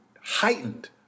heightened